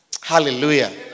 Hallelujah